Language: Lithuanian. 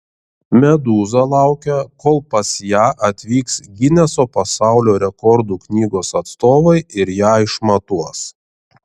medūza laukia kol pas ją atvyks gineso pasaulio rekordų knygos atstovai ir ją išmatuos